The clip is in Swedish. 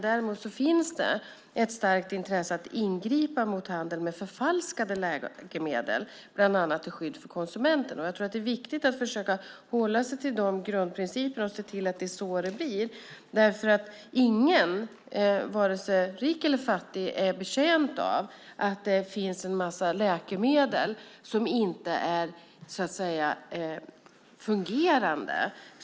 Däremot finns det ett starkt intresse av att ingripa mot handeln med förfalskade läkemedel, bland annat till skydd för konsumenterna. Jag tror att det är viktigt att försöka hålla sig till dessa grundprinciper och se till att det är så det blir. Ingen, vare sig rik eller fattig, är betjänt av att det runt om i världen säljs och används en massa läkemedel som inte är fungerande.